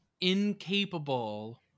incapable